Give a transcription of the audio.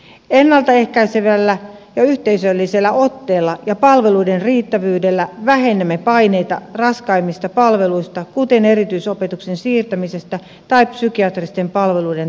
ennalta ehkäisevällä ja yhteisöllisellä otteella ja palveluiden riittävyydellä vähennämme paineita raskaimmista palveluista kuten erityisopetuksen siirtämisestä tai psykiatristen palveluiden tarpeesta